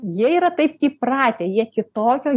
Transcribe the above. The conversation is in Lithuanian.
jie yra taip įpratę jie kitokio